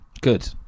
Good